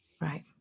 Right